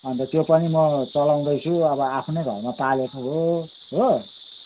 अन्त त्यो पनि म चलाउँदैछु अब आफ्नै घरमा पालेको हो हो